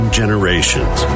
generations